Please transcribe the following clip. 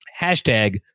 Hashtag